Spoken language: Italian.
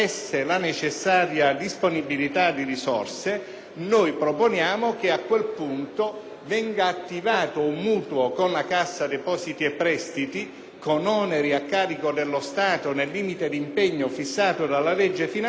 noi proponiamo che a quel punto venga attivato un mutuo con la Cassa depositi e prestiti, con oneri a carico dello Stato nel limite d'impegno fissato dalla legge finanziaria, per coprire il maggior fabbisogno